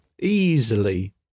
easily